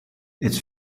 its